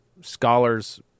Scholars